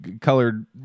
colored